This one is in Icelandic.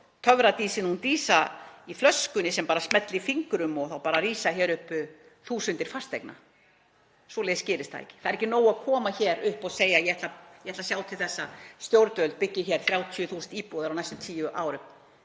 töfradísin Dísa í flöskunni sem bara smellir fingrum og þá bara rísa upp þúsundir fasteigna. Svoleiðis gerist það ekki. Það er ekki nóg að koma hér upp og segja: Ég ætla að sjá til þess að stjórnvöld byggi 30.000 íbúðir á næstu tíu árum.